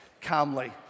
Calmly